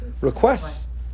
requests